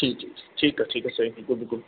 जी जी जी ठीकु आहे ठीकु आहे साईं बिल्कुलु बिल्कुलु